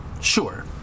Sure